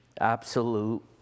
absolute